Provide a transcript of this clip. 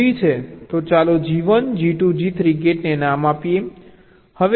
તો ચાલો G1 G2 G3 ગેટને નામ આપીએ